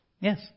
Yes